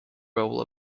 role